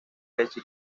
leche